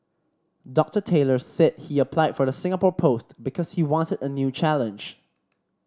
Doctor Taylor said he applied for the Singapore post because he wanted a new challenge